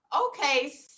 Okay